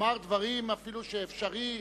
לומר דברים שאפילו אפשרי,